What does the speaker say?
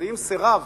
אחדים סירב